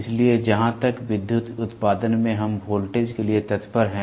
इसलिए जहां तक विद्युत उत्पादन में हम वोल्टेज के लिए तत्पर हैं